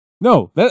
No